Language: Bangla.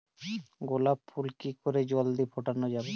গোলাপ ফুল কি করে জলদি ফোটানো যাবে?